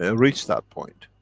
ah reach that point.